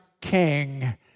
king